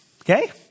Okay